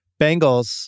Bengals